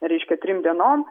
reiškia trim dienom